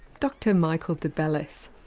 dr michael debellis,